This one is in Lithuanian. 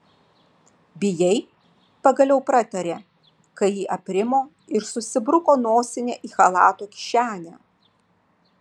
bijai pagaliau pratarė kai ji aprimo ir susibruko nosinę į chalato kišenę